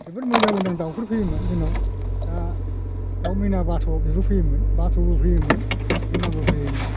जोबोर मोजां मोजां दाउफोर फैयोमोन जोंनाव दा दाउ मैना बाथ' बेबो फैयोमोन बाथ'बो फैयोमोन मैनाबो फैयोमोन